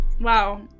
Wow